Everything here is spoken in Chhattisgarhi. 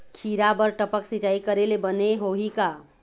खिरा बर टपक सिचाई करे ले बने होही का?